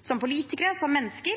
som politikere, som mennesker,